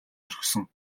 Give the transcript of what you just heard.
орхисон